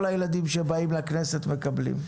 כל הילדים שבאים לכנסת מקבלים.